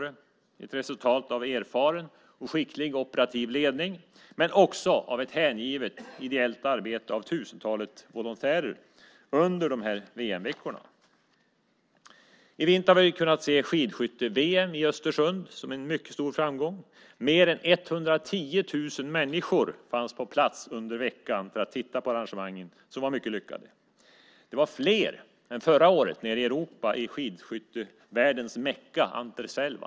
Det var ett resultat av erfaren och skicklig operativ ledning men också av ett hängivet ideellt arbete av tusentalet volontärer under VM-veckorna. I vinter har vi kunnat se skidskytte-VM i Östersund som varit en mycket stor framgång. Mer än 110 000 människor fanns på plats under veckan för att titta på arrangemangen som var mycket lyckade. Det var fler än förra året i skidskyttevärldens mecka, Anterselva.